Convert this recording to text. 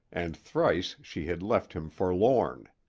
and thrice she had left him forlorn.